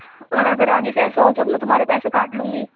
اور اگر آگے سے ایسا ہوتا ہے تو میں تمہارے پیسے کاٹ لوں گی